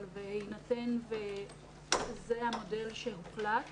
אבל בהינתן וזה המודל שהוחלט,